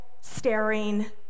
staring